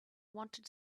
wanted